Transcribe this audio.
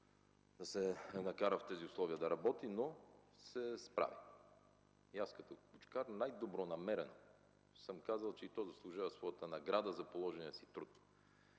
да се накара в тези условия да работи, но се справи. И аз, като кучкар, най-добронамерено съм казал, че и то заслужава своята награда за положения труд.